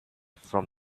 from